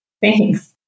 Thanks